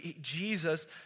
Jesus